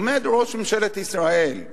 עומד ראש ממשלת ישראל,